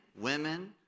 women